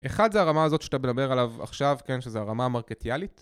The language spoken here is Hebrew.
אחד, זה הרמה הזאת שאתה מדבר עליו... עכשיו, כן? שזה הרמה המרקטיאלית.